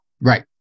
Right